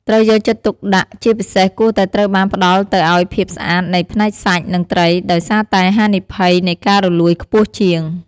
ត្រូវយកចិត្តទុកដាក់ជាពិសេសគួរតែត្រូវបានផ្តល់ទៅឱ្យភាពស្អាតនៃផ្នែកសាច់និងត្រីដោយសារតែហានិភ័យនៃការរលួយខ្ពស់ជាង។